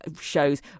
shows